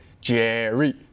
Jerry